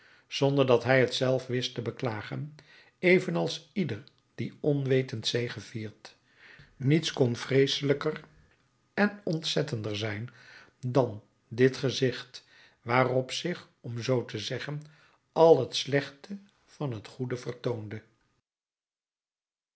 zonder dat hij het zelf wist te beklagen evenals ieder die onwetend zegeviert niets kon vreeselijker en ontzettender zijn dan dit gezicht waarop zich om zoo te zeggen al het slechte van het goede vertoonde